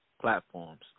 platforms